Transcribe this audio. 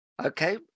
okay